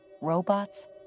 robots